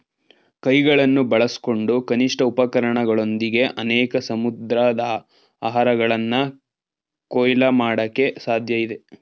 ಕೈಗಳನ್ನು ಬಳಸ್ಕೊಂಡು ಕನಿಷ್ಠ ಉಪಕರಣಗಳೊಂದಿಗೆ ಅನೇಕ ಸಮುದ್ರಾಹಾರಗಳನ್ನ ಕೊಯ್ಲು ಮಾಡಕೆ ಸಾಧ್ಯಇದೆ